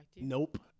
Nope